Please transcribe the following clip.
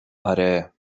آره